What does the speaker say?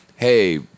hey